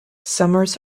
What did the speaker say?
summers